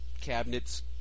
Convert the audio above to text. cabinets